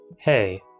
Hey